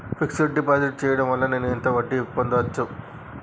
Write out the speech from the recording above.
Fix డ్ deposit చేయటం వల్ల నేను ఎంత వడ్డీ పొందచ్చు?